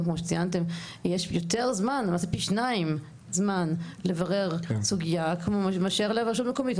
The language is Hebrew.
יש פי שניים יותר זמן לברר סוגייה מאשר לרשות מקומית.